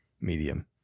medium